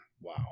Wow